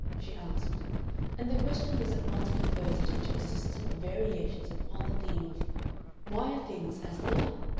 she asked and the question was at once converted into a system of variations upon the theme of why are things as they are?